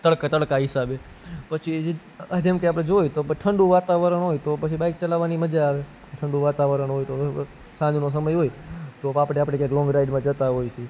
તડકે તડકા હિસાબે પછી જેમ કે આપણે જોયું ઠંડુ વાતાવરણ હોય તો પછી બાઇક ચલાવવાની મજા આવે ઠંડુ વાતાવરણ હોય તો સાંજનો સમય હોય તો આપણે લોંગડ્રાઇવમાં જતાં હોય છે